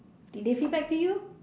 did they feedback to you